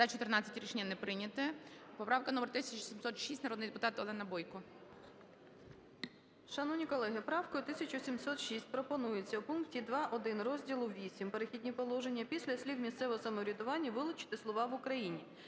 За-14 Рішення не прийнято. Поправка номер 1706. Народний депутат Олена Бойко. 11:07:07 БОЙКО О.П. Шановні колеги, правкою 1706 пропонується у пункті 2.1 розділу VІІІ "Перехідні положення" після слів "місцевого самоврядування" вилучити слова "в Україні".